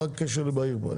מה הקשר לבהיר פה?